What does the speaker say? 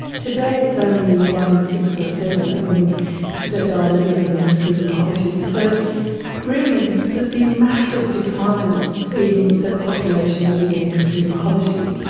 today it's only one in six or seven that are living in extreme poverty. so really there has been massive declines in the population living in extreme poverty,